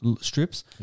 strips